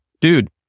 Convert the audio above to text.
Dude